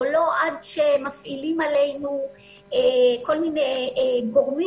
או לא עד שמפעילים עלינו כל מיני גורמים,